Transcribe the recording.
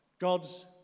God's